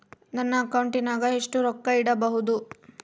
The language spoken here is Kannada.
ನನ್ನ ಅಕೌಂಟಿನಾಗ ಎಷ್ಟು ರೊಕ್ಕ ಇಡಬಹುದು?